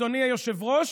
אדוני היושב-ראש,